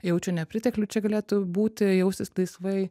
jaučia nepriteklių čia galėtų būti jaustis laisvai